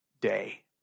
day